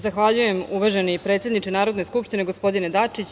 Zahvaljujem uvaženi predsedniče Narodne skupštine, gospodine Dačiću.